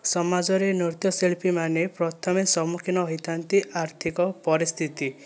ସମାଜରେ ନୃତ୍ୟ ଶିଳ୍ପୀମାନେ ପ୍ରଥମେ ସମ୍ମୁଖୀନ ହୋଇଥାନ୍ତି ଆର୍ଥିକ ପରିସ୍ଥିତି